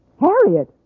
Harriet